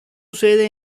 sede